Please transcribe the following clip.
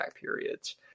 periods